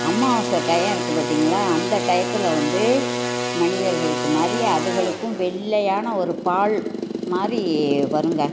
அம்மாவாசை டைம் இருக்குது பார்த்தீங்களா அந்த டயத்தில் வந்து மனிதர்களுக்கு மாதிரி அதுகளுக்கும் வெள்ளையான ஒரு பால் மாதிரி வருங்க